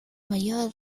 mayor